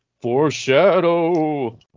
Foreshadow